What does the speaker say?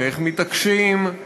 ואיך מתעקשים,